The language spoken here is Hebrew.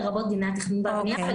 לרבות חוק התכנון והבנייה.